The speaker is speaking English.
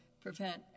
prevent